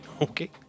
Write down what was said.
Okay